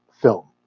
film